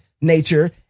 nature